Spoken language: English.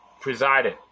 presided